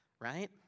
right